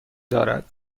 دارد